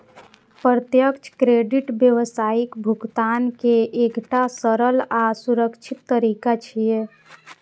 प्रत्यक्ष क्रेडिट व्यावसायिक भुगतान के एकटा सरल आ सुरक्षित तरीका छियै